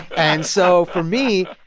and so for me,